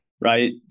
right